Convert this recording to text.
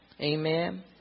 Amen